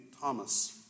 Thomas